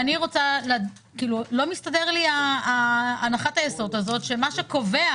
לא מסתדר לי הנחת היסוד הזאת שמה שקובע